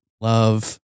love